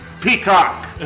Peacock